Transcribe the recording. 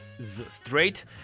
straight